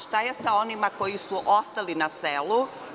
Šta je sa onima koji su ostali na selu?